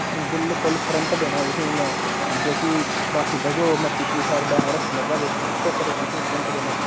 बिल्कुल फ्रंट देना तुसें ई में जेह्की बाकी बचग में पिछली साईड बाड़ रक्खी लैह्गा बेचने आस्तै पर तुसें ई फ्रंट देना